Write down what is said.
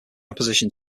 opposition